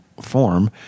form